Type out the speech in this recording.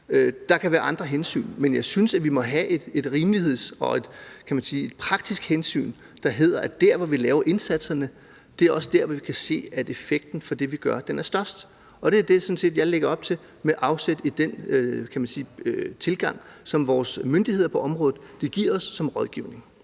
Der kan være andre hensyn, men jeg synes, at vi må have et hensyn til rimeligheden og det praktiske, der hedder, at der, hvor vi laver indsatserne, også er der, hvor vi kan se, at effekten af det, vi gør, er størst. Det er det, jeg sådan set lægger op med afsæt i den rådgivning, som vores myndigheder på området giver os. Kl.